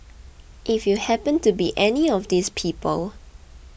if you happened to be any of these people